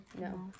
No